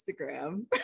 Instagram